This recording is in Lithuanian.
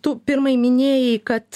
tu pirmai minėjai kad